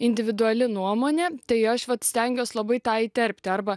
individuali nuomonė tai aš vat stengiuosi labai tą įterpti arba